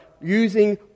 using